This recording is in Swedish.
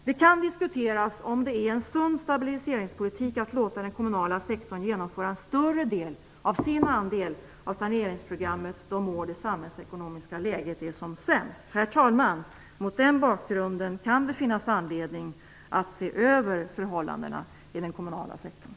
Det kan diskuteras om det är en sund stabiliseringspolitik att låta den kommunala sektorn genomföra en större del av sin andel av saneringsprogrammet de år det samhällsekonomiska läget är som sämst. Herr talman! Mot den bakgrunden kan det finnas anledning att se över förhållandena i den kommunala sektorn.